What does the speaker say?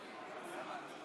נמנעים.